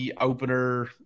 opener